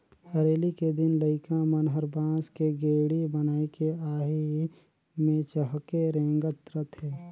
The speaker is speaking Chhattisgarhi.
हरेली के दिन लइका मन हर बांस के गेड़ी बनायके आही मे चहके रेंगत रथे